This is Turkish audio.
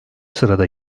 sırada